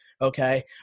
okay